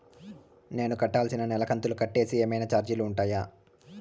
నేను కట్టాల్సిన నెల కంతులు కట్టేకి ఏమన్నా చార్జీలు ఉంటాయా?